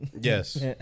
Yes